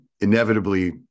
inevitably